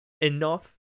enough